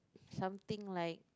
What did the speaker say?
something like